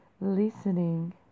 listening